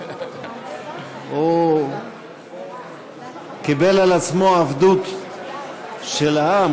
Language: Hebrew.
הוא קיבל על עצמו עבדות של עם,